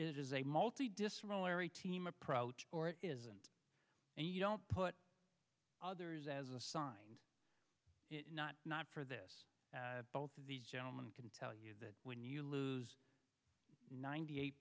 is a multi dissimilar a team approach or it isn't and you don't put others as a sign not not for this both of these gentlemen can tell you that when you lose ninety eight